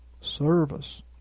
Service